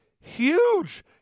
huge